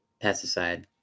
pesticide